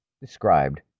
described